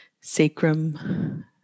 sacrum